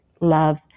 love